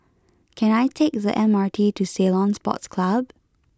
can I take the M R T to Ceylon Sports Club